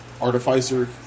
Artificer